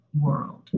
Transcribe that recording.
world